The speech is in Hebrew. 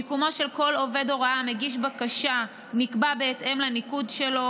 מיקומו של כל עובד הוראה מגיש בקשה נקבע בהתאם לניקוד שלו,